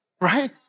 Right